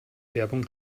werbung